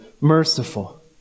merciful